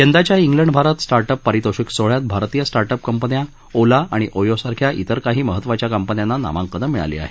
यंदाच्या England Bharat start up पारितोषिक सोहळ्यात भारतीय स्टार्ट अप कंपन्या ओला आणि ओयो सारख्या इतर काही महत्वाच्या कंपन्यांना नामांकन मिळाली आहेत